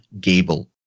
Gable